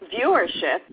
viewership